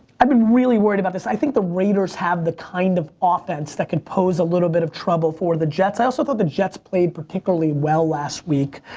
i've been really worried about this. i think the raiders have the kind of offense that could pose a little bit of trouble for the jets. i also thought the jets played particularly well last week.